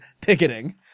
picketing